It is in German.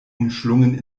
umschlungen